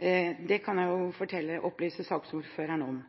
det kan jeg opplyse saksordføreren om.